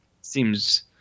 Seems